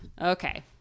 okay